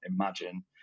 imagine